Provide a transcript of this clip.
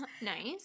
Nice